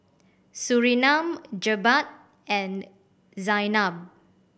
Surinam Jebat and Zaynab